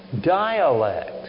dialect